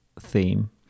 theme